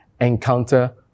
encounter